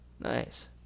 Nice